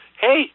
hey